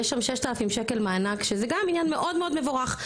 יש שם 6,000 ש"ח מענק שזה גם עניין מאוד מאוד מבורך,